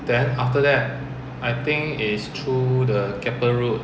then after that I think is through the keppel road